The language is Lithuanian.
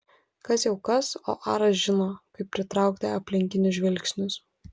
kas jau kas o aras žino kaip pritraukti aplinkinių žvilgsnius